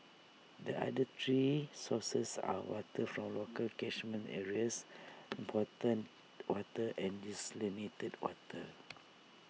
the other three sources are water from local catchment areas imported water and desalinated water